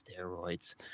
steroids